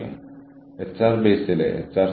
നെറ്റ്വർക്കുകളുടെ തരങ്ങൾ